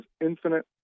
infinite